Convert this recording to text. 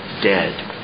dead